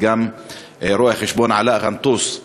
וגם רואה-החשבון עלא גנטוס,